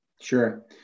Sure